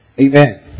Amen